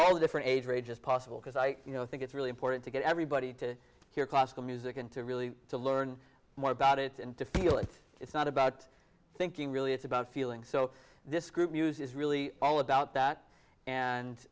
all the different age ranges possible because i think it's really important to get everybody to hear classical music and to really to learn more about it and to feel it it's not about thinking really it's about feeling so this group muse is really all about that and